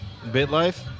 BitLife